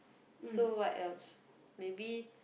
so what else maybe